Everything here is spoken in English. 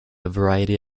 variety